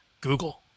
Google